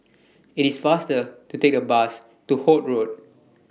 IT IS faster to Take The Bus to Holt Road